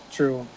True